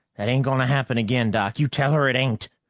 that ain't gonna happen again, doc. you tell her it ain't!